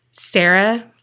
Sarah